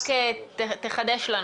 רק תחדש לנו.